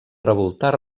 revoltar